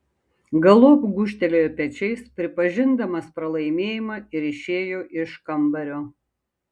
galop gūžtelėjo pečiais pripažindamas pralaimėjimą ir išėjo iš kambario